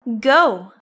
go